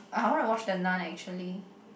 I wanna watch the Nun actually